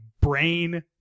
brain